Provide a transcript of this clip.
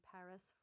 Paris